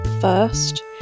first